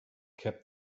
kept